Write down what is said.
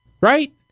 Right